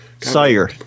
Sire